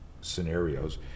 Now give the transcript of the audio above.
scenarios